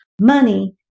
money